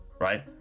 Right